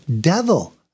devil